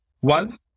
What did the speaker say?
One